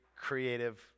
creative